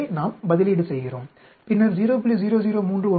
எனவே நாம் பதிலீடு செய்கிறோம் பின்னர் 0